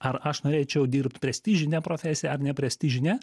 ar aš norėčiau dirbt prestižinę profesiją ar ne prestižinę